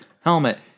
helmet